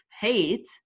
hate